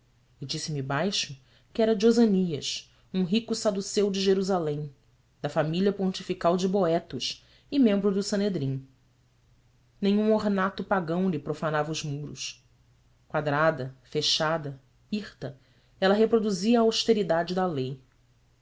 e disse-me baixo que era de osânias um rico saduceu de jerusalém da família pontifical de boetos e membro do sanedrim nenhum ornato pagão lhe profanava os muros quadrada fechada hirta ela reproduzia a austeridade da lei